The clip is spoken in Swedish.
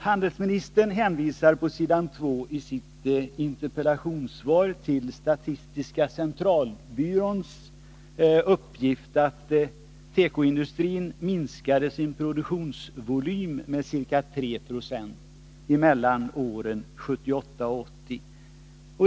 Handelsministern hänvisar i sitt interpellationssvar till statistiska centralbyråns uppgift om att tekoindustrin minskade sin produktionsvolym med ca 3 20 mellan åren 1978 och 1980.